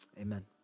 amen